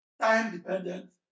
time-dependent